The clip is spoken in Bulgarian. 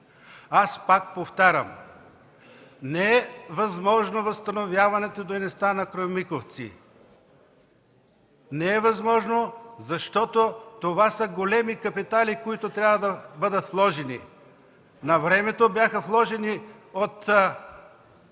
Аз пак повтарям – не е възможно възстановяването на дейността на „Кремиковци”. Не е възможно, защото това са големи капитали, които трябва да бъдат вложени. Навремето бяха вложени от